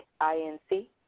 I-N-C